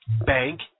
bank